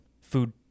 food